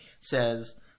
says